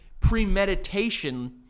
premeditation